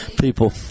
people